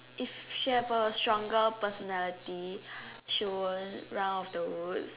if she have a stronger personality she would run out of the woods